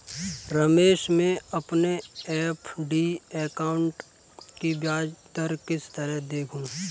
रमेश मैं अपने FD account की ब्याज दर किस तरह देखूं?